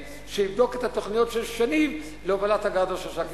שיבדוק את התוכניות של "שניב" להובלת הגז עוד 3 ק"מ.